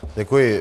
Děkuji.